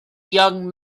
young